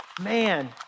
man